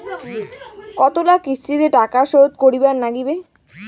কতোলা কিস্তিতে টাকা শোধ করিবার নাগীবে?